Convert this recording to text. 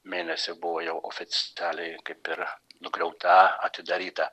mėnesį buvo jau oficialiai kaip ir nugriauta atidaryta